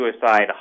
Suicide